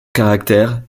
caractère